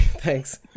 Thanks